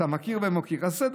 הוא בן אדם קשה.